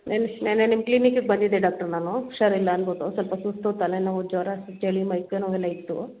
ನೆನ್ನೆ ನೆನ್ನೆ ನಿಮ್ಮ ಕ್ಲಿನಿಕಿಗೆ ಬಂದಿದ್ದೆ ಡಾಕ್ಟ್ರ್ ನಾನು ಹುಷಾರಿಲ್ಲ ಅನ್ಬಿಟ್ಟು ಸ್ವಲ್ಪ ಸುಸ್ತು ತಲೆನೋವು ಜ್ವರ ಚಳಿ ಮೈ ಕೈ ನೋವೆಲ್ಲ ಇತ್ತು